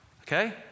Okay